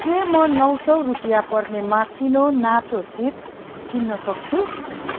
के म नौ सौ रुपियाँ पर्ने माकिनो नाचो चिप्स किन्न सक्छु